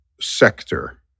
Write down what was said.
sector